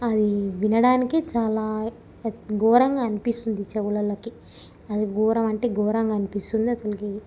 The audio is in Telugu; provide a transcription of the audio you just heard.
అది వినడానికి చాలా ఘోరంగా అనిపిస్తుంది చెవులకి అది ఘోరమంటే ఘోరంగా అనిపిస్తుంది అస్సలు